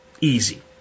Easy